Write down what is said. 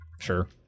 Sure